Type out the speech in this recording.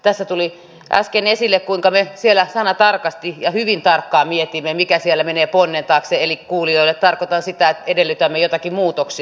tässä tuli äsken esille kuinka me siellä sanatarkasti ja hyvin tarkkaan mietimme mikä siellä menee ponnen taakse eli kuulijoille tarkoitan sitä että edellytämme joitakin muutoksia